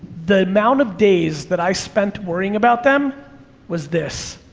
the amount of days that i spent worry about them was this.